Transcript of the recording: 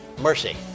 mercy